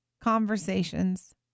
conversations